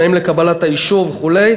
תנאים לקבלת האישור וכו'.